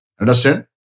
Understand